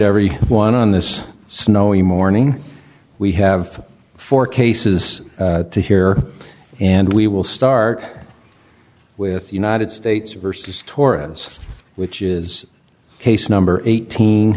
every one on this snowy morning we have four cases here and we will start with united states versus torrance which is case number eighteen